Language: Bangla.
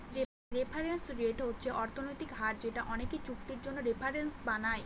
রেফারেন্স রেট হচ্ছে অর্থনৈতিক হার যেটা অনেকে চুক্তির জন্য রেফারেন্স বানায়